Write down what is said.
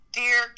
dear